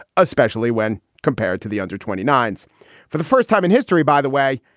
especially when compared to the under twenty nines for the first time in history, by the way.